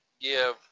give